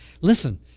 Listen